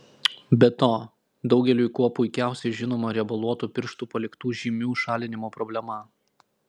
be to daugeliui kuo puikiausiai žinoma riebaluotų pirštų paliktų žymių šalinimo problema